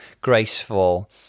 graceful